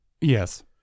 Yes